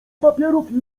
papierów